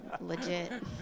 legit